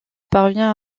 parvient